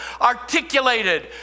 articulated